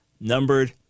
numbered